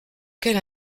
quelle